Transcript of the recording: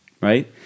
right